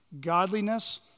Godliness